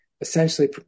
essentially